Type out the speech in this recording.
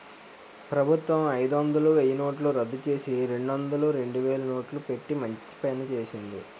ప్రభుత్వం అయిదొందలు, వెయ్యినోట్లు రద్దుచేసి, రెండొందలు, రెండువేలు నోట్లు పెట్టి మంచి పని చేసింది